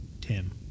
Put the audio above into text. Tim